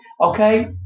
Okay